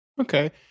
Okay